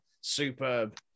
Superb